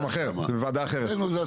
בבקשה.